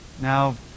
Now